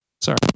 Sorry